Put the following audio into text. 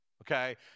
Okay